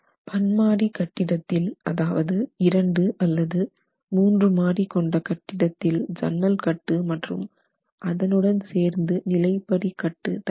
பன்மாடி கட்டிடத்தில் அதாவது இரண்டு அல்லது மூன்று மாடி கொண்ட கட்டிடத்தில் சன்னல் கட்டு மற்றும் அதன் உடன் சேர்ந்து நிலைப்படி கட்டு தரவேண்டும்